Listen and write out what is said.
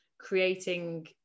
creating